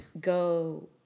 go